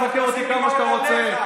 אתה תבקר אותי כמה שאתה רוצה,